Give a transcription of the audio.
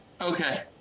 Okay